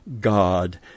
God